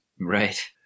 Right